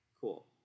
Cool